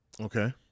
Okay